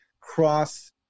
cross